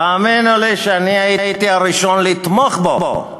תאמינו לי שאני הייתי הראשון לתמוך בו.